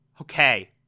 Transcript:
okay